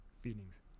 feelings